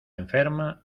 enferma